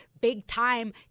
big-time